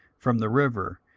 from the river,